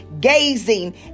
gazing